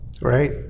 Right